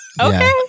Okay